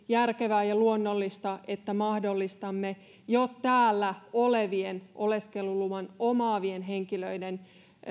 aivan järkevää ja luonnollista että mahdollistamme jo täällä olevien oleskeluluvan omaavien henkilöiden